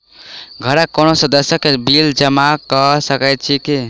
घरक कोनो सदस्यक बिल जमा कऽ सकैत छी की?